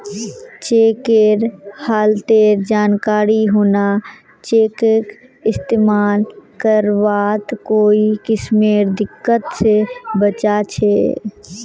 चेकेर हालतेर जानकारी होना चेकक इस्तेमाल करवात कोई किस्मेर दिक्कत से बचा छे